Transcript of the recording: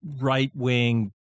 right-wing